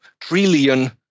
trillion